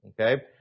okay